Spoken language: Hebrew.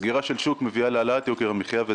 סגירה של שוק מביאה להעלאת יוקר המחיה.